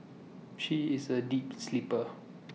she is A deep sleeper